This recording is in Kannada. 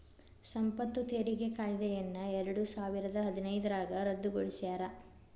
ಸಂಪತ್ತು ತೆರಿಗೆ ಕಾಯ್ದೆಯನ್ನ ಎರಡಸಾವಿರದ ಹದಿನೈದ್ರಾಗ ರದ್ದುಗೊಳಿಸ್ಯಾರ